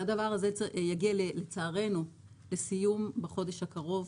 הדבר הזה יגיע לצערנו לסיום בחודש הקרוב.